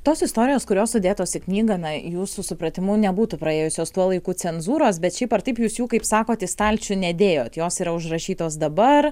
tos istorijos kurios sudėtos į knygą na jūsų supratimu nebūtų praėjusios tuo laiku cenzūros bet šiaip ar taip jūs jų kaip sakot į stalčių nedėjot jos yra užrašytos dabar